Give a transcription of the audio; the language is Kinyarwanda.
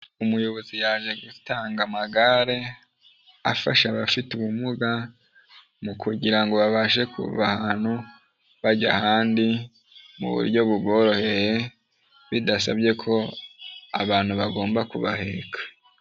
Umuyobozi yaje gutanga amagare afasha abafite ubumuga mu kugira ngo babashe kuva ahantu bajya ahandi mu buryo buboroheye bidasabye ko abantu bagomba kubaheka.